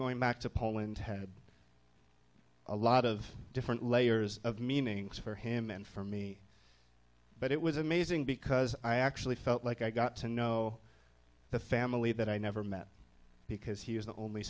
going back to poland had a lot of different layers of meanings for him and for me but it was amazing because i actually felt like i got to know the family that i never met because he was the only